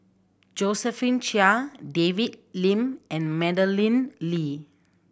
Josephine Chia David Lim and Madeleine Lee